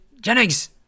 Jennings